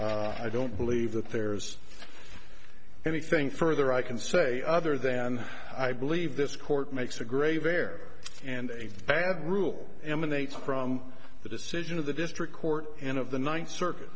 i don't believe that there's anything further i can say other than i believe this court makes a grave error and a bad rule emanates from the decision of the district court in of the ninth circuit